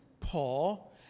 Paul